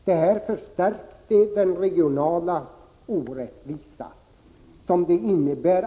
Detta förstärkte den regionala orättvisan.